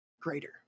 greater